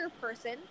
person